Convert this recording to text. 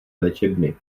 léčebny